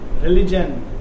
religion